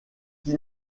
qui